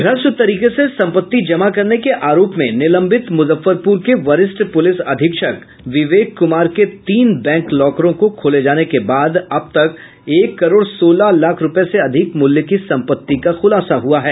भ्रष्ट तरीके से सम्पत्ति जमा करने के आरोप में निलंबित मुजफ्फरपुर के वरिष्ठ प्रलिस अधीक्षक विवेक कुमार के तीन बैंक लॉकरों को खोले जाने के बाद अब तक एक करोड़ सोलह लाख रूपये से अधिक मूल्य की सम्पत्ति का खूलासा हुआ है